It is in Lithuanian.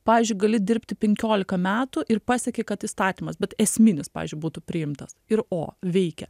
pavyzdžiui gali dirbti penkiolika metų ir pasieki kad įstatymas bet esminis pavyzdžiui būtų priimtas ir o veikia